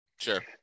Sure